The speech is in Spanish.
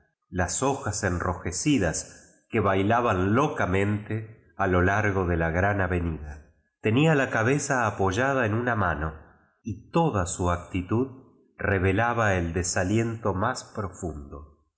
las hojas enrojecidas que bailaban locamente a lo largo dé la gran avenida tenía la cabeza opoyada en una mano y toda su actitud revelaba el desaliento más profundo